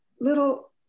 little